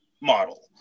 model